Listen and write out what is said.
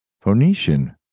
Phoenician